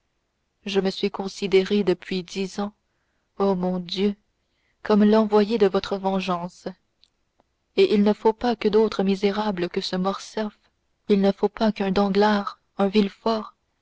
je me suis considéré depuis dix ans ô mon dieu comme l'envoyé de votre vengeance et il ne faut pas que d'autres misérables que ce morcerf il ne faut pas qu'un danglars un villefort